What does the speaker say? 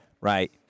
right